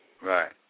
Right